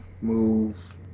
move